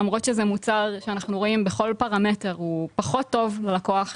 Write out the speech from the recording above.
למרות שזה מוצר שאנחנו רואים בכל פרמטר הוא פחות טוב ללקוח,